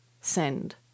Send